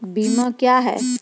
बीमा क्या हैं?